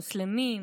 מוסלמים,